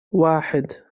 واحد